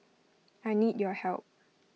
I need your help